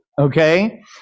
okay